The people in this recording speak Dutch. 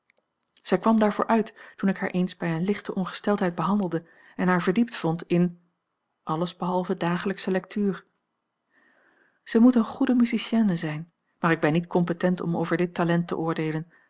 zij kwam daarvoor uit toen ik haar eens bij eene lichte ongesteldheid behandelde en haar verdiept vond in a l g bosboom-toussaint langs een omweg alles behalve dagelijksche lectuur zij moet eene goede musicienne zijn maar ik ben niet competent om over dit talent te oordeelen